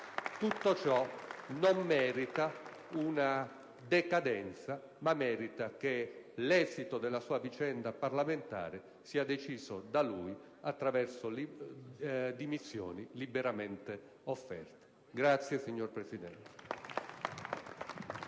Tutto ciò non merita una decadenza, ma che l'esito della sua vicenda parlamentare sia deciso da lui attraverso le dimissioni liberamente offerte. *(Applausi dal